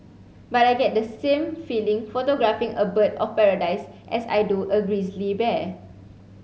but I get the same feeling photographing a bird of paradise as I do a grizzly bear